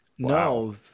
No